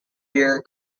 year